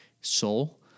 soul